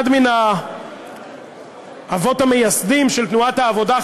אחד מן האבות המייסדים של תנועת העבודה,